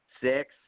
six